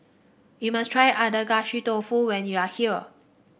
you must try Agedashi Dofu when you are here